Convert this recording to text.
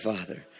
Father